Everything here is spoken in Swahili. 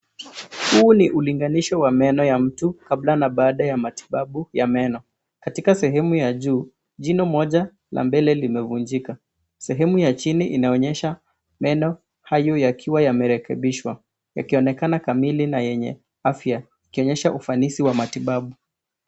Huu ni ulinganisho wa meno ya mtu kabla na baada ya matibabu ya meno. Katika sehemu ya juu, jino moja la mbele limevunjika. Sehemu ya chini linaonyesha meno hayo yakiwa yamerekebishwa, ikionekana kamili na yenye afya, ikionyesha ufanisi wa matibabu.